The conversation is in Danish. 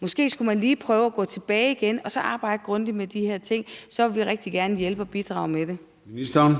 Måske skulle man lige prøve at gå tilbage igen og så arbejde grundigt med de her ting. Så vil vi rigtig gerne hjælpe og bidrage til det.